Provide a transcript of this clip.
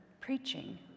preaching